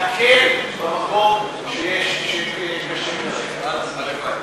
נקל במקום שיש, הלוואי.